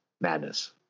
madness